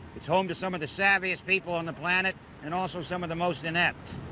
it's home to some of the savviest people on the planet and also some of the most inept.